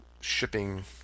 shipping